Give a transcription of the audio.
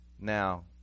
now